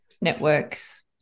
networks